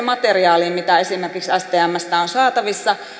materiaalista mitä esimerkiksi stmstä on saatavissa